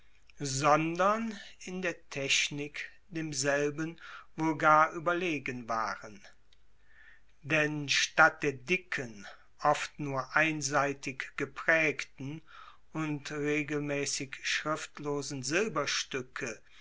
sondern in der technik demselben wohl gar ueberlegen waren denn statt der dicken oft nur einseitig gepraegten und regelmaessig schriftlosen silberstuecke